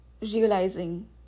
realizing